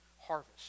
Harvest